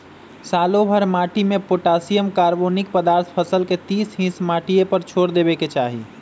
सालोभर माटिमें पोटासियम, कार्बोनिक पदार्थ फसल के तीस हिस माटिए पर छोर देबेके चाही